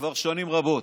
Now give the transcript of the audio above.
כבר שנים רבות.